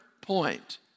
point